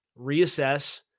reassess